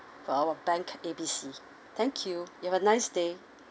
for our bank A B C thank you you have a nice day